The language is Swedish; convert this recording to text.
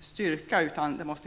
styrka.